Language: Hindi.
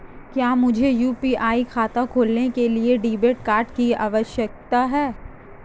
क्या मुझे यू.पी.आई खाता खोलने के लिए डेबिट कार्ड की आवश्यकता है?